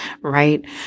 right